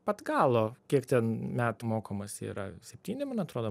pat galo kiek ten metų mokomasi yra septyni man atrodo